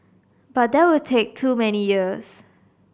but that would take too many years